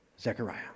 Zechariah